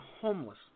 homeless